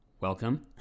welcome